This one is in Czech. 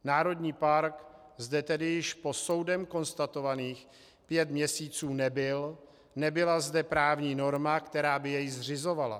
Národní park zde tedy již po soudem konstatovaných pět měsíců nebyl, nebyla zde právní norma, která by jej zřizovala.